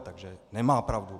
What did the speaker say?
Takže nemá pravdu.